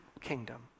kingdom